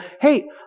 hey